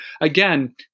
again